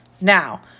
Now